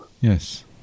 Yes